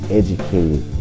educated